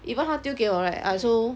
even 他丢给我 right I also